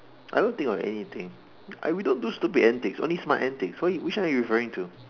I don't think of anything I we don't do stupid antics only smart antics why which one are you referring to